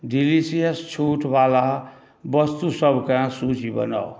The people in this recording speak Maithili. डिलिशिअस छूटवला वस्तुसबके सूची बनाउ